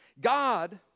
God